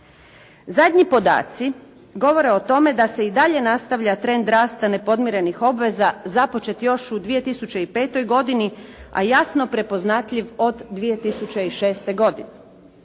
Zadnji podaci govore o tome da se i dalje nastavlja trend rasta nepodmirenih obveza započet još u 2005. godini, a jasno prepoznatljiv od 2006. godine.